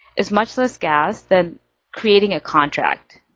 as much of those gas, then creating a contract,